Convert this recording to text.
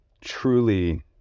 truly